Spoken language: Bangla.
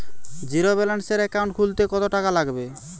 জিরোব্যেলেন্সের একাউন্ট খুলতে কত টাকা লাগবে?